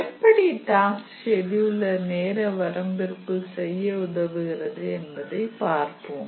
எப்படியாக task scheduler நேர வரம்பிற்குள் செய்ய உதவுகிறது என்பதை பார்ப்போம்